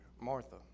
Martha